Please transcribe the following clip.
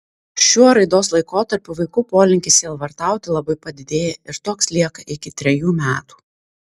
šiuo raidos laikotarpiu vaikų polinkis sielvartauti labai padidėja ir toks lieka iki trejų metų